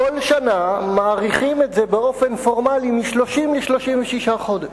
כל שנה מאריכים את זה באופן פורמלי מ-30 ל-36 חודש.